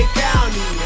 county